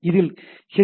இதில் ஹெச்